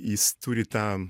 jis turi tą